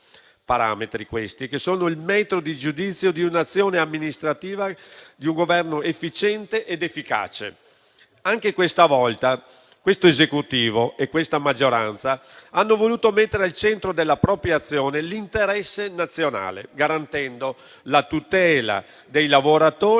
parametri, questi, che costituiscono il metro di giudizio dell'azione amministrativa di un Governo efficiente ed efficace. Anche questa volta, questo Esecutivo e questa maggioranza hanno voluto mettere al centro della propria azione l'interesse nazionale, garantendo la tutela dei lavoratori,